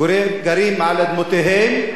גרים על אדמותיהם,